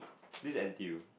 this N_T_U